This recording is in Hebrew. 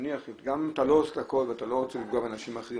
נניח גם אם אתה לא עושה את הכול ואתה לא רוצה לפגוע באנשים אחרים,